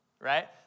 Right